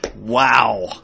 Wow